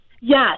Yes